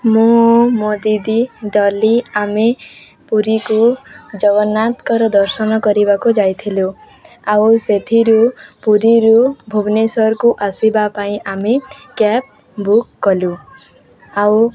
ମୁଁ ମୋ ଦିଦି ଡଲି ଆମେ ପୁରୀକୁ ଜଗନ୍ନାଥଙ୍କର ଦର୍ଶନ କରିବାକୁ ଯାଇଥିଲୁ ଆଉ ସେଥିରୁ ପୁରୀରୁ ଭୁବନେଶ୍ୱରକୁ ଆସିବା ପାଇଁ ଆମେ କ୍ୟାବ୍ ବୁକ୍ କଲୁ ଆଉ